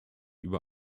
über